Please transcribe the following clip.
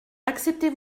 acceptez